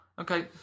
Okay